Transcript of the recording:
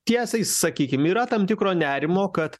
tiesiai sakykim yra tam tikro nerimo kad